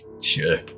Sure